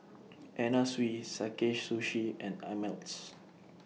Anna Sui Sakae Sushi and Ameltz